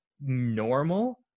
normal